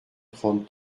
trente